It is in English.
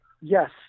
yes